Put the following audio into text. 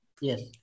yes